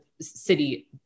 city